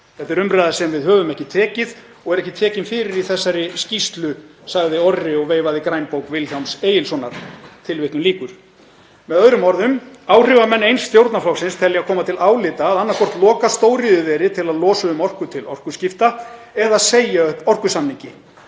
Þetta er umræða sem við höfum ekki tekið og er ekki tekin fyrir í þessari skýrslu, sagði Orri og veifaði grænbók Vilhjálms Egilssonar. Með öðrum orðum: Áhrifamenn eins stjórnarflokksins telja koma til álita að annaðhvort loka stóriðjuveri til að losa um orku til orkuskipta eða segja upp orkusamningi